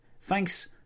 Thanks